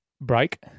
break